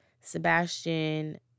Sebastian